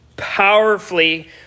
Powerfully